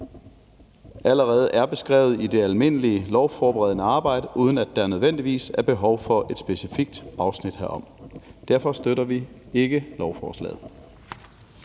allerede er beskrevet i det almindelige lovforberedende arbejde, uden at der nødvendigvis er behov for et specifikt afsnit herom. Derfor støtter vi ikke beslutningsforslaget.